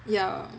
ya